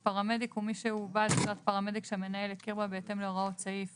"פרמדיק" מי שהוא בעל תעודת פרמדיק שהמנהל הכיר בה בהתאם להוראות סעיף